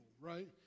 right